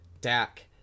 Dak